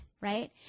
right